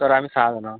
sir आम्ही सहा जण आहोत